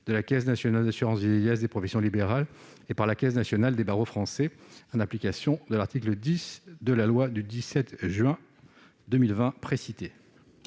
de la Caisse nationale d'assurance vieillesse des professions libérales et par la caisse nationale des barreaux français, en application de l'article 10 de la loi du 17 juin 2020 précitée.